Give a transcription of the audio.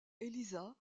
élisa